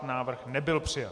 Návrh nebyl přijat.